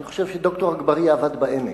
אני חושב שד"ר אגבאריה עבד בעמק.